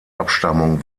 abstammung